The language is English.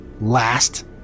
Last